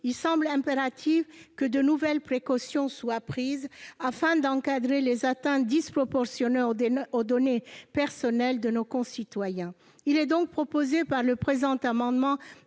il semble impératif que de nouvelles précautions soient prises pour encadrer les atteintes disproportionnées aux données personnelles de nos concitoyens. Nous proposons donc par cet amendement